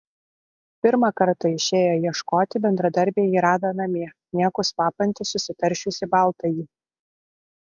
pirmą kartą išėję ieškoti bendradarbiai jį rado namie niekus vapantį susitaršiusį baltąjį